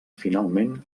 finalment